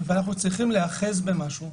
ואנחנו צריכים להיאחז במשהו.